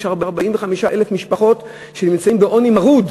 יש 45,000 משפחות שנמצאות בעוני מרוד,